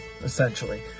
essentially